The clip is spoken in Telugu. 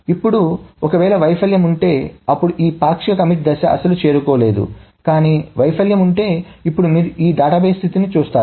ఇప్పుడు ఒక వేళ వైఫల్యం ఉంటేఅప్పుడు ఈ పాక్షిక కమిట్ దశ అస్సలు చేరుకోలేదు కానీ వైఫల్యం ఉంటే ఇప్పుడు మీరు డేటాబేస్ స్థితిని చూస్తారు